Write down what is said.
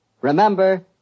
Remember